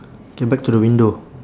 K back to the window